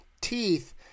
teeth